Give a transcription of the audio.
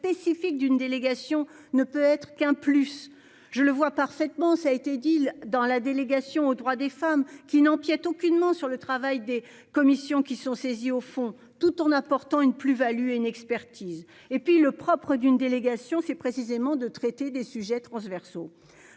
d'une délégation ne peut être qu'un plus, je le vois parfaitement, ça a été dit-il dans la délégation aux droits des femmes qui n'empiètent aucunement sur le travail des commissions qui sont saisis au fond tout en apportant une plus-Value et une expertise. Et puis le propre d'une délégation, c'est précisément de traiter des sujets transversaux.